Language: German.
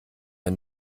ein